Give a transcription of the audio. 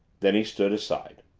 then he stood aside.